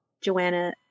Joanna